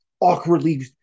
awkwardly